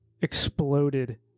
exploded